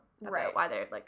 Right